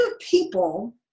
people